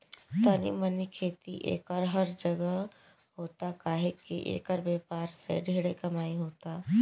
तनी मनी खेती एकर हर जगह होता काहे की एकर व्यापार से ढेरे कमाई होता